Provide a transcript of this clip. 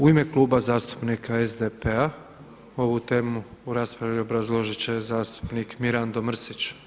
U ime Kluba zastupnika SDP-a ovu temu u raspravi obrazložiti će zastupnik Mirando Mrsić.